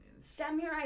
Samurai